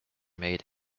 made